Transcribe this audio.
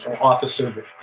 officer